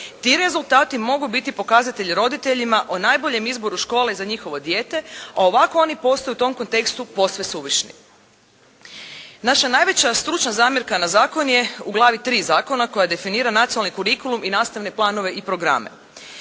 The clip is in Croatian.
Ti rezultati mogu biti pokazatelj roditeljima o najboljem izboru škole za njihove dijete, a ovako oni postaju u tom kontekstu posve suvišni. Naša najveća stručna zamjerka na zakon je u glavi III. Zakona koja definira nacionalni kurikulum i nastavne planove i programe.